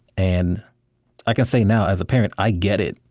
and i can say now, as a parent i get it.